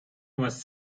was